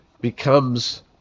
becomes